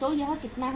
तो यह कितना है